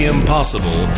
Impossible